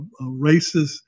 racist